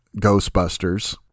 Ghostbusters